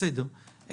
בסדר.